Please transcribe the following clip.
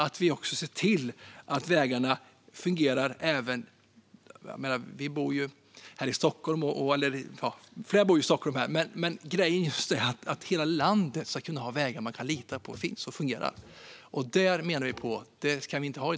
Flera av oss bor här i Stockholm, men grejen är att hela landet måste kunna ha vägar man kan lita på, som finns och fungerar. Det har vi inte i dag, menar vi.